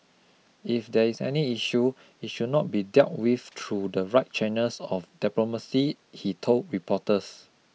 if there is any issue it should not be dealt with through the right channels of diplomacy he told reporters